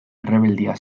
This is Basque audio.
errebeldia